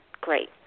great